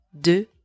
de